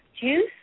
juice